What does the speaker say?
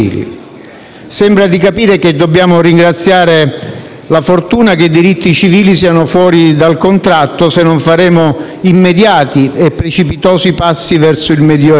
Sembra di capire che dobbiamo ringraziare la fortuna che i diritti civili siano fuori dal contratto se non faremo immediati e precipitosi passi verso il Medioevo,